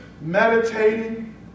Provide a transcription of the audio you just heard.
meditating